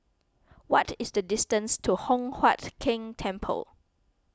what is the distance to Hock Huat Keng Temple